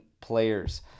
players